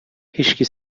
هیشکی